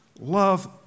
love